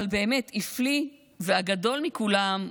אבל באמת הפליא הגדול מכולם,